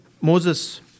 Moses